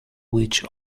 which